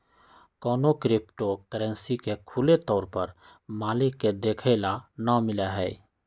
कौनो crypto currency के खुले तौर पर मालिक के देखे ला ना मिला हई